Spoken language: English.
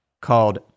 called